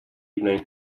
evening